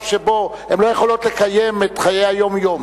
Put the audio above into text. שהן לא יכולות לקיים את חיי היום-יום,